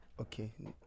Okay